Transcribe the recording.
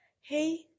Hey